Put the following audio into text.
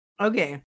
Okay